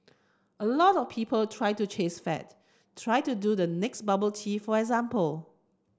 a lot of people try to chase fads try to do the next bubble tea for example